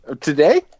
Today